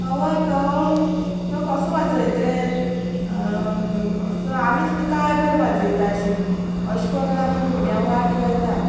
आवय तो तो कसो वाजयत रे आमी सुद्दां कांय बरी वाजयता आशिल्ली अशें करून आमी भुरग्यांक वाट लायता